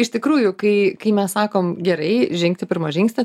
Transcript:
iš tikrųjų kai kai mes sakom gerai žengti pirmą žingsnį